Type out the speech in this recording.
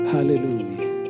Hallelujah